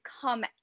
come